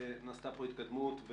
נעשתה פה התקדמות,